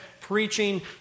preaching